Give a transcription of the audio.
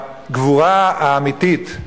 הגבורה האמיתית,